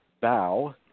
Bow